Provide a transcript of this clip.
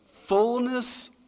Fullness